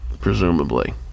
presumably